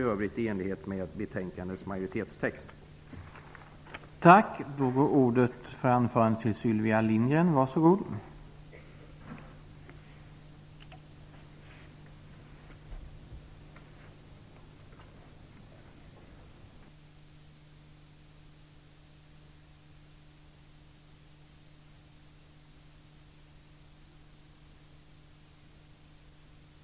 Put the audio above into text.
I övrigt yrkar jag bifall till majoritetens hemställan.